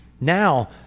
Now